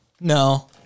No